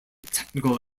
technical